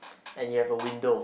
and you have a window